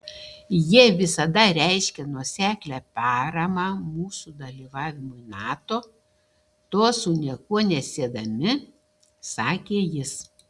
jie visada reiškė nuoseklią paramą mūsų dalyvavimui nato to su nieko nesiedami sakė jis